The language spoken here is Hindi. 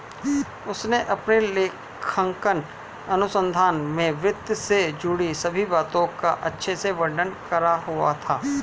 उसने अपने लेखांकन अनुसंधान में वित्त से जुड़ी सभी बातों का अच्छे से वर्णन करा हुआ था